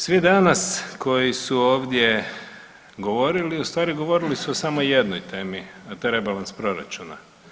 Svi danas koji su ovdje govorili ustvari govorili su o samo jednoj temi, a to je rebalans proračuna.